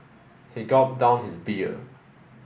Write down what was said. he gulped down his beer